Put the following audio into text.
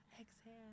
Exhale